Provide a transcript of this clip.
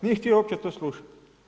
Nije htio uopće to slušati.